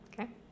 Okay